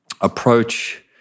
approach